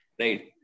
right